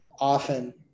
often